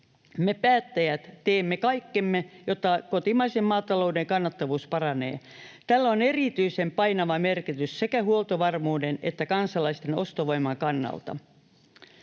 Me päättäjät teemme kaikkemme, jotta kotimaisen maatalouden kannattavuus paranee. Tällä on erityisen painava merkitys sekä huoltovarmuuden että kansalaisten ostovoiman kannalta.